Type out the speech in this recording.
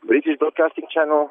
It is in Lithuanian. british dot casting chanel